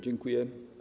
Dziękuję.